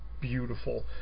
beautiful